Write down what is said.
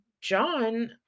John